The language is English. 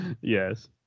Yes